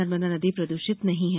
नर्मदा नदी प्रदूषित नहीं है